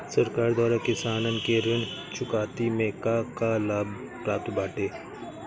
सरकार द्वारा किसानन के ऋण चुकौती में का का लाभ प्राप्त बाटे?